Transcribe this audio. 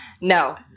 No